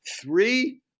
three